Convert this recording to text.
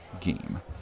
game